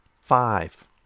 Five